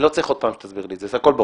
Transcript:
אני לא צריך שתסביר עוד פעם, הכול ברור.